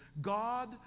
God